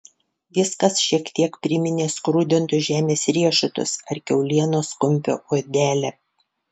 viskas šiek tiek priminė skrudintus žemės riešutus ar kiaulienos kumpio odelę